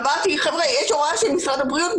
אמרתי להם שיש הוראה של משרד הבריאות,